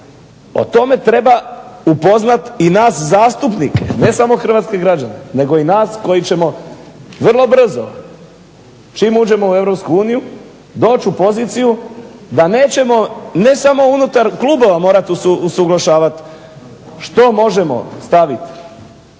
O tome treba upoznati i nas zastupnike, ne samo hrvatske građane nego i nas koji ćemo vrlo brzo čim uđemo u Europsku uniju doći u poziciju da nećemo ne samo unutar klubova morati usuglašavati što možemo staviti